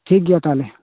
ᱴᱷᱤᱠ ᱜᱮᱭᱟ ᱛᱟᱦᱚᱞᱮ